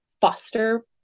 foster